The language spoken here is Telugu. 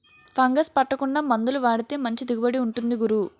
ఫంగస్ పట్టకుండా మందులు వాడితే మంచి దిగుబడి ఉంటుంది గురూ